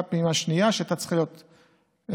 פעימה שנייה שהייתה צריכה להיות עכשיו,